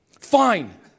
Fine